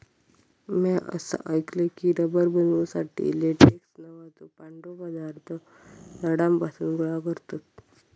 म्या असा ऐकलय की, रबर बनवुसाठी लेटेक्स नावाचो पांढरो पदार्थ झाडांपासून गोळा करतत